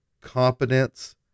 competence